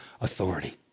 authority